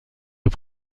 est